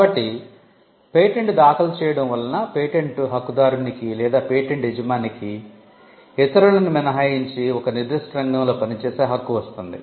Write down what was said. కాబట్టి పేటెంట్ దాఖలు చేయడం వలన పేటెంట్ హక్కుదారునికి లేదా పేటెంట్ యజమానికి ఇతరులను మినహాయించి ఒక నిర్దిష్ట రంగంలో పనిచేసే హక్కు వస్తుంది